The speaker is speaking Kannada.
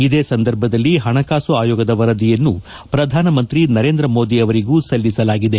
ಇದೇ ಸಂದರ್ಭದಲ್ಲಿ ಹಣಕಾಸು ಆಯೋಗದ ವರದಿಯನ್ನು ಪ್ರಧಾನಮಂತ್ರಿ ನರೇಂದ್ರ ಮೋದಿ ಅವರಿಗೂ ಸಲ್ಲಿಸಲಾಗಿದೆ